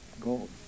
gold